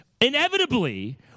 Inevitably